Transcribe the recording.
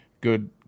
good